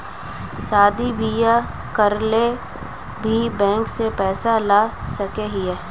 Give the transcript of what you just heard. शादी बियाह करे ले भी बैंक से पैसा ला सके हिये?